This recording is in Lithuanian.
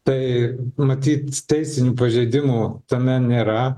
tai matyt teisinių pažeidimų tame nėra